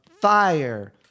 fire